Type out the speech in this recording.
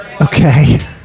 Okay